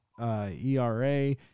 ERA